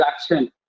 action